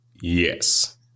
Yes